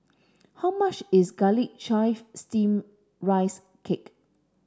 how much is garlic chive steam rice cake